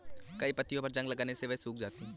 कई पत्तियों पर जंग लगने से वे सूख जाती हैं